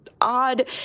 odd